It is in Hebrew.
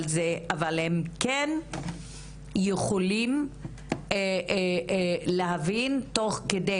אבל הם כן יכולים להבין תוך כדי,